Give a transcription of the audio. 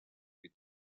with